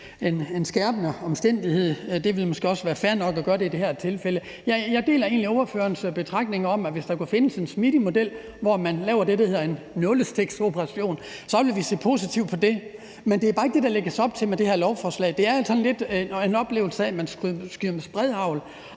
en skærpende omstændighed, og det ville måske også være fair nok at gøre det i det her tilfælde. Jeg deler egentlig ordførerens betragtninger om, at hvis der kunne findes en smidig model, hvor man laver det, der hedder en nålestiksoperation, så ville vi se positivt på det, men det er bare ikke det, der lægges op til med det her lovforslag. Der er altså lidt en oplevelse af, at man skyder med spredehagl,